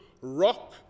rock